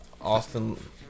Austin